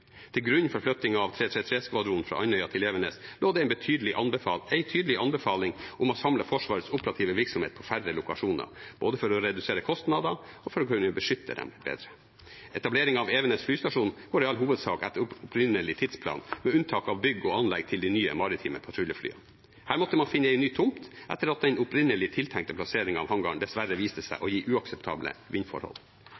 Til grunn for flyttingen av 333-skvadronen fra Andøya til Evenes lå det en tydelig anbefaling om å samle Forsvarets operative virksomhet på færre lokasjoner, både for å redusere kostnader og for å kunne beskytte dem bedre. Etableringen av Evenes flystasjon går i all hovedsak etter opprinnelig tidsplan, med unntak av bygg og anlegg til de nye maritime patruljeflyene. Her måtte man finne en ny tomt etter at den opprinnelig tiltenkte plasseringen av hangaren dessverre viste seg